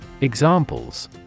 Examples